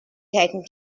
taken